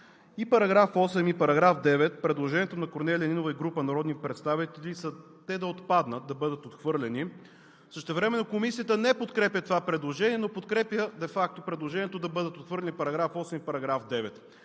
И § 8, и § 9, предложенията на Корнелия Нинова и група народни представители са те да отпаднат, да бъдат отхвърлени. Същевременно Комисията не подкрепя това предложение, но подкрепя де факто предложението да бъдат отхвърлени § 8 и § 9.